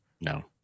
no